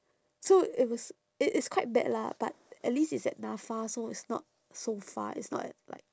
so it was it it's quite bad lah but at least it's at NAFA so it's not so far it's not at like